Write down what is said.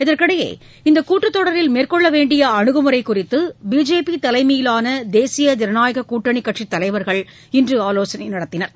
இதற்கிடையே இந்தக் கூட்டத் தொடரில் மேற்கொள்ள வேண்டிய அணுகுமுறை குறித்து பிஜேபி தலைமையிலான தேசிய ஜனநாயக கூட்டணி கட்சித் தலைவர்கள் இன்று ஆலோசனை நடத்தினர்